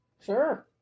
Sure